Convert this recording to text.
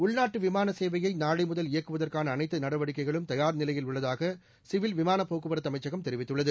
உள்நாட்டு விமான சேவையை நாளை முதல் இயக்குவதற்கான அனைத்து நடவடிக்கைகளும் தயார் நிலையில் உள்ளதாக சிவில் விமான போக்குவரத்து அமைச்சகம் தெரிவித்துள்ளது